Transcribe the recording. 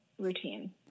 routine